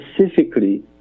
specifically